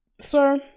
sir